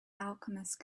alchemist